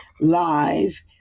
live